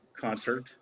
concert